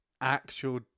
actual